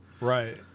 Right